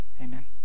Amen